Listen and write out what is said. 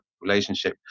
relationship